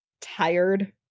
tired